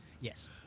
Yes